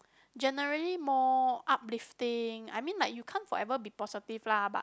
generally more uplifting I mean like you can't forever be positive lah but